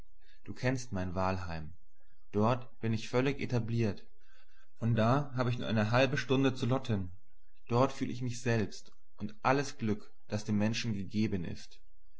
du kennst mein wahlheim dort bin ich völlig etabliert von da habe ich nur eine halbe stunde zu lotten dort fühl ich mich selbst und alles glück das dem menschen gegeben ist